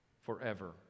forever